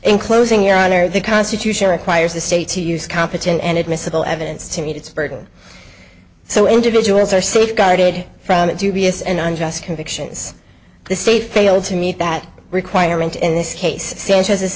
in closing your honor the constitution requires the state to use competent and admissible evidence to meet its burden so individuals are safeguarded from dubious and unjust convictions the state failed to meet that requirement in this case sanchez